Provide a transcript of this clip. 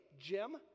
Jim